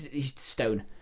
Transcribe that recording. stone